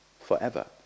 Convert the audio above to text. forever